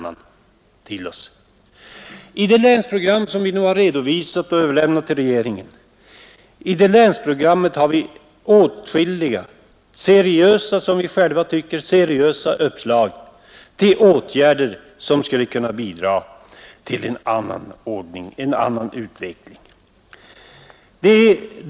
I det Länsprogram som vi nu har redovisat och överlämnat till regeringen har vi, som vi själva tycker, åtskilliga seriösa uppslag till åtgärder som skulle kunna bidra till en annan ordning, en annan utveckling.